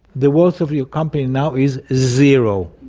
the wealth of your company now is zero,